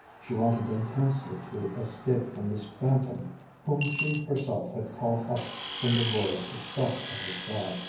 she wanted intensely to escape from this phantom whom she herself had called up from the void to stalk at her side.